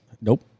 Nope